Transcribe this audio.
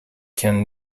can